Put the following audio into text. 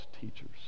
teachers